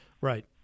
Right